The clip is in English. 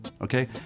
Okay